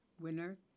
winner